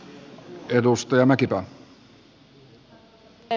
arvoisa puhemies